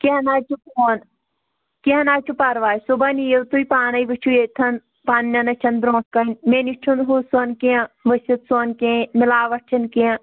کینٛہہ نا حظ چھُنہٕ کینٛہہ نا حظ چھُ پَرواے صُبحن یِیِو تُہۍ پانَے وٕچھِو ییٚتتھَن پنٛنٮ۪ن أچھَن برونٛہہ کَنہٕ مےٚ نِش چھُنہٕ ہُہ سۄن کینٛہہ ؤسِتھ سۄن کینٛہہ مِلاوَٹ چھَنہٕ کینٛہہ